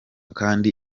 kandi